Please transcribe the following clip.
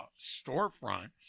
storefront